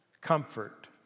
Comfort